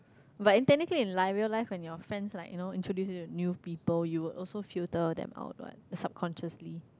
but in technically in life real life when your friends like you know introduce you to new people you would also filter them out what subconsciously